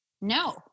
no